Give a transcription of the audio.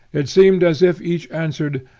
it seemed as if each answered,